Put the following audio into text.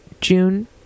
June